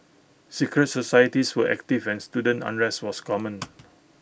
secret societies were active and student unrest was common